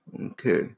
Okay